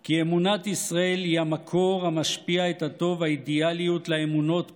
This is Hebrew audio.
כי אמונת ישראל היא "המקור המשפיע את הטוב והאידיאליות לאמונות כולן,